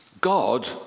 God